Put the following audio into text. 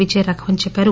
విజయ రాఘవ చెప్పారు